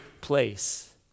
place